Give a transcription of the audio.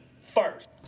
first